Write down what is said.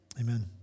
Amen